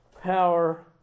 power